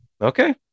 Okay